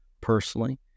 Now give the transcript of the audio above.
personally